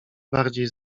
bardziej